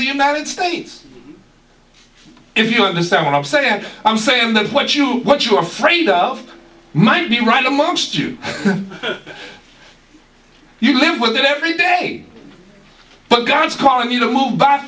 the united states if you understand what i'm saying and i'm saying that what you what you are afraid of might be right amongst you you live with it every day but god's calling you to